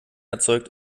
erzeugt